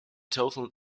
total